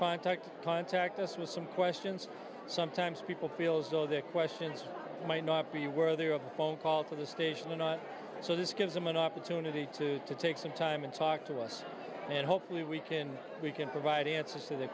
contact contact us with some questions sometimes people feel as though their questions might not be where they are a phone call to the station and so this gives them an opportunity to to take some time and talk to us and hopefully we can we can provide answers t